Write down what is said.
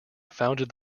founded